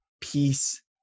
peace